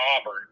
Auburn